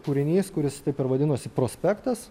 kūrinys kuris taip ir vadinosi prospektas